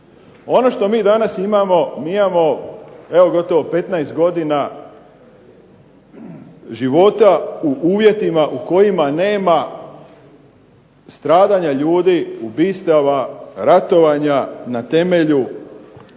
Ono što mi danas imamo, mi imamo evo gotovo 15 godina života u uvjetima u kojima nema stradanja ljudi, ubistava, ratovanja na temelju